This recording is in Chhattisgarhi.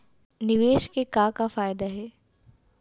निवेश के का का फयादा हे?